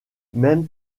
même